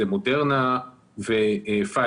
זאת מודרנה ופייזר.